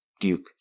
Duke